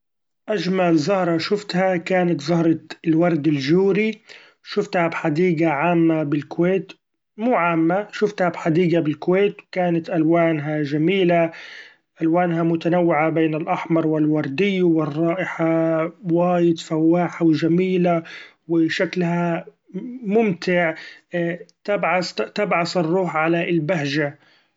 أجمل زهرة شفتها كانت زهرة الورد الجوري ، شفتها بحديقة عامة بالكويت ، مو عامة شفتها بحديقة بالكويت كانت ألوانها جميلة ، ألوانها متنوعة بين الأحمر و الوردي و الرائحة وايد فواحه وجميلة و شكلها ممتع تبعث-تبعث الروح علي البهجة.